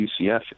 UCF